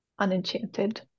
unenchanted